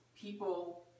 people